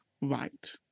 right